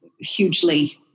hugely